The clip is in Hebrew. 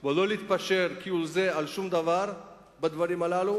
ולא להתפשר כהוא-זה על שום דבר בדברים הללו,